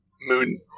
moon